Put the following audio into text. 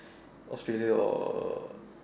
Australia or